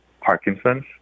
Parkinson's